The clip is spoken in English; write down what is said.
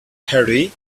harry